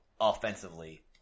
offensively